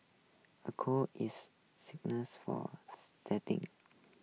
a court is for setting